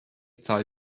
zahl